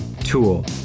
tool